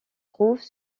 trouve